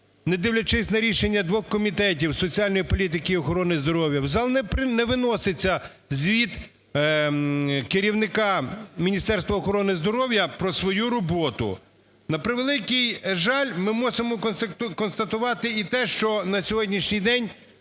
не дивлячись на рішення двох комітетів – соціальної політики і охорони здоров'я – в зал не виноситься звіт керівника Міністерства охорони здоров'я про свою роботу. На превеликий жаль, ми мусимо констатувати і те, що на сьогоднішній день